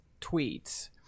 tweets